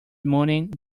moaning